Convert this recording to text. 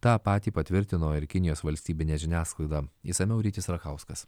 tą patį patvirtino ir kinijos valstybinė žiniasklaida išsamiau rytis rachauskas